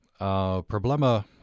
Problema